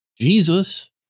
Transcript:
Jesus